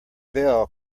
bell